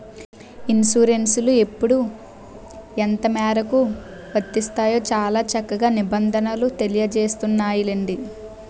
ఇన్సురెన్సులు ఎప్పుడు ఎంతమేరకు వర్తిస్తాయో చాలా చక్కగా నిబంధనలు తెలియజేస్తున్నాయిలెండి